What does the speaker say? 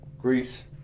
Greece